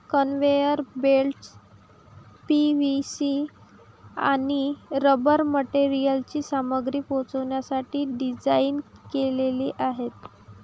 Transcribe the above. conveyor belts PVC आणि rubber मटेरियलची सामग्री पोहोचवण्यासाठी डिझाइन केलेले आहेत